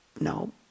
no